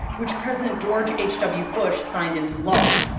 which president george h w. bush signed into law.